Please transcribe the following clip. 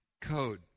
code